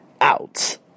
out